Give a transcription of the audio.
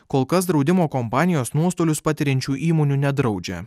kol kas draudimo kompanijos nuostolius patiriančių įmonių nedraudžia